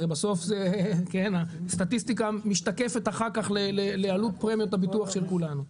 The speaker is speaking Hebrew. הרי בסוף הסטטיסטיקה משתקפת אחר כך לעלות פרמיות הביטוח של כולנו.